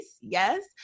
yes